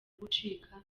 gucika